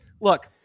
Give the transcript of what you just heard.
look